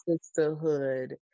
sisterhood